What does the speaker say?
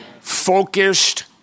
focused